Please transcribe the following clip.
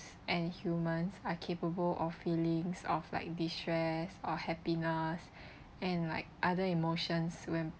and humans are capable of feelings of like distress or happiness and like other emotions when